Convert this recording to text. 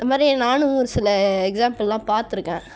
இது மாதிரி நானும் ஒரு சில எக்ஸாம்பிலெலாம் பார்த்துருக்கேன்